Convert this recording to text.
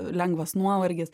lengvas nuovargis